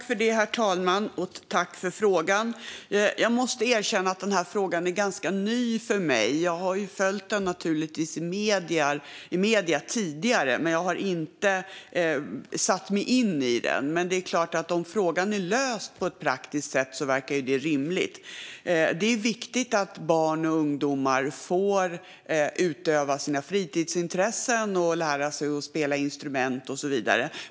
Herr talman! Jag tackar för frågan. Jag måste erkänna att denna fråga är ganska ny för mig. Naturligtvis har jag följt den i medierna tidigare, men jag har inte satt mig in i den. Men om frågan är löst på ett praktiskt sätt verkar detta rimligt. Det är viktigt att barn och ungdomar får utöva sina fritidsintressen, att lära sig att spela instrument och så vidare.